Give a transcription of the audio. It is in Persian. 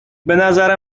بنظر